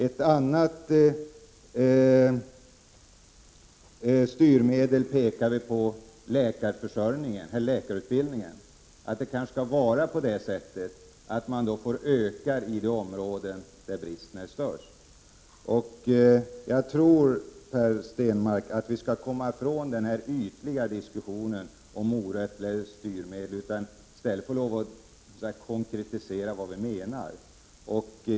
Ett annat styrmedel som vi pekar på gäller läkarutbildningen. Det skall kanske vara så att man får öka denna utbildning i de områden där bristen är störst. Jag tror, Per Stenmarck, att vi bör komma ifrån den här ytliga diskussionen om morötter eller styrmedel och i stället konkretisera vad vi menar.